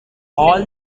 all